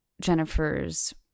Jennifer's